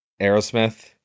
Aerosmith